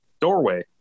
doorway